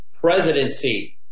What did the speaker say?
presidency